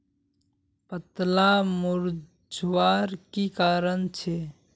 पत्ताला मुरझ्वार की कारण छे?